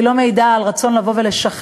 היא לא מעידה על רצון לבוא ולשכנע,